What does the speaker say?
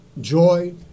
joy